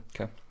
Okay